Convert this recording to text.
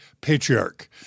patriarch